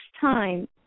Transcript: time